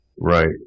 Right